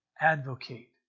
advocate